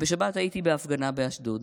ובשבת הייתי בהפגנה באשדוד.